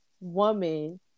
woman